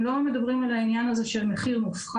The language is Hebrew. הם לא מדברים על העניין הזה של מחיר מופחת.